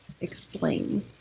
explain